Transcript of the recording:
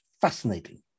fascinating